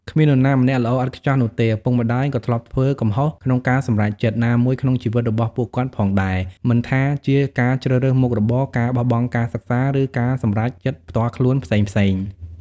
គ្មាននរណាម្នាក់ល្អឥតខ្ចោះនោះទេ ឪពុកម្ដាយក៏ធ្លាប់ធ្វើ កំហុសក្នុងការសម្រេចចិត្ត ណាមួយក្នុងជីវិតរបស់ពួកគាត់ផងដែរ មិនថាជាការជ្រើសរើសមុខរបរ ការបោះបង់ការសិក្សា ឬការសម្រេចចិត្តផ្ទាល់ខ្លួនផ្សេងៗ។